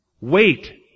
Wait